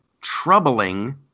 troubling